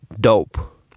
dope